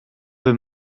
veut